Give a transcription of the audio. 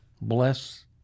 bless